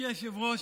גברתי היושבת-ראש,